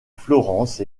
florence